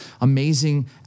amazing